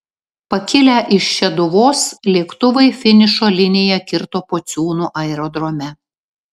pakilę iš šeduvos lėktuvai finišo liniją kirto pociūnų aerodrome